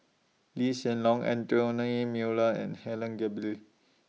Lee Hsien Loong Anthony Miller and Helen